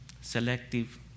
Selective